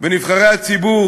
ונבחרי הציבור